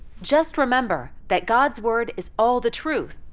just remember that god's word is all the truth,